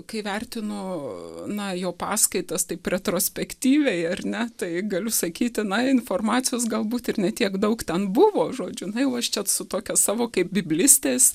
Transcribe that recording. kai vertinu na jo paskaitas taip retrospektyviai ar ne tai galiu sakyti na informacijos galbūt ir ne tiek daug ten buvo žodžiu na jau aš čia su tokia savo kaip biblistės